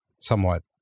somewhat